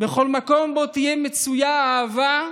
בכל מקום שבו תהיה מצויה האהבה,